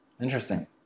interesting